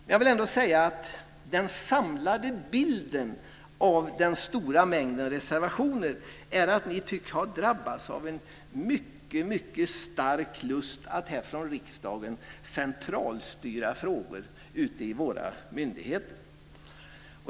Men jag vill ändå säga att den samlade bilden av den stora mängden reservationer är att ni tycks ha drabbats av en mycket stark lust att här från riksdagen centralstyra frågor ute i våra myndigheter.